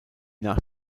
nach